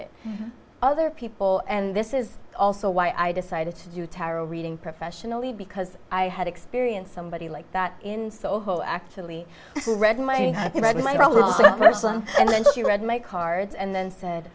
it other people and this is also why i decided to do tarot reading professionally because i had experienced somebody like that in soho actually read my problem and then she read my cards and then said